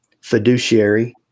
Fiduciary